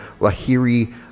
Lahiri